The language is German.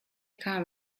kam